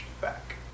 back